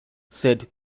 sed